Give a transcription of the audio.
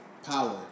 power